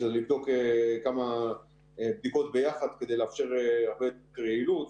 לבדוק כמה בדיקות ביחד כדי לאפשר הרבה יותר יעילות.